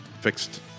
fixed